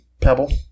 Pebble